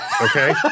okay